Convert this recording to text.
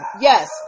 yes